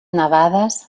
nevades